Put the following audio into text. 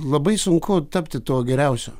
labai sunku tapti tuo geriausiu